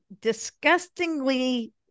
disgustingly